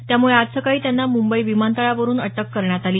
त्यामुळे आज सकाळी त्यांना मुंबई विमानतळावरुन अटक करण्यात आली